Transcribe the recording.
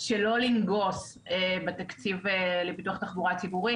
שלא לנגוס בתקציב לפיתוח התחבורה הציבורית,